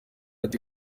ati